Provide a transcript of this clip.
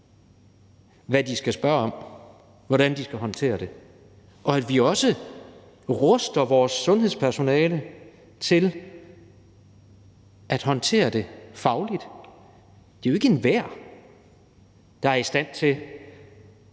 hvad de skal spørge om, hvordan de skal håndtere det, og at vi også ruster vores sundhedspersonale til at håndtere det fagligt. Det er jo ikke enhver, der er i stand til på